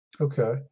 Okay